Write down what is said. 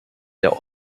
der